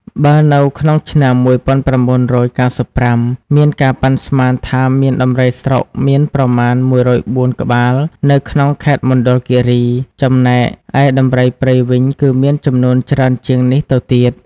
បើនៅក្នុងឆ្នាំ១៩៩៥ មានការប៉ាន់ស្មានថាមានដំរីស្រុកមានប្រមាណ ១០៤ ក្បាលនៅក្នុងខេត្តមណ្ឌលគិរី ចំណែកឯដំរីព្រៃវិញគឺមានចំនួនច្រើនជាងនេះទៅទៀត។